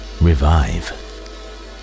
revive